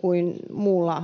kuin muulla jätteellä